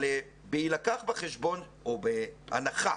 אבל בהילקח בחשבון או בהנחה